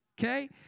okay